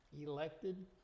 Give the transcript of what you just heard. elected